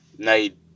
Night